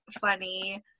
funny